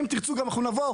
אם תרצו גם אנחנו נבוא,